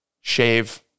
shave